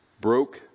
broke